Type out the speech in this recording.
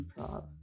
improv